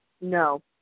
No